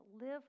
live